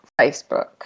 Facebook